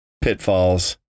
pitfalls